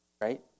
right